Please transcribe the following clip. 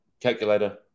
calculator